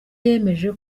yemeje